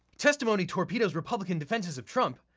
testimony torpedoes republican defenses of trump.